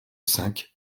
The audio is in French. cinq